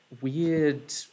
weird